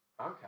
Okay